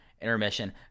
intermission